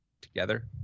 together